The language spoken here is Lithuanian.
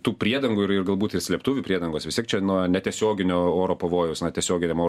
tų priedangų ir ir galbūt ir slėptuvių priedangos vis tiek čia nuo netiesioginio oro pavojaus na tiesioginiam oro